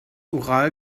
ural